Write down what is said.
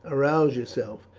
arouse yourself!